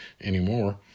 anymore